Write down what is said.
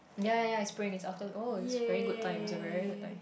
ya ya ya it's spring is after oh it's very good time it's a very good time